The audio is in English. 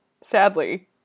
sadly